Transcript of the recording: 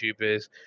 YouTubers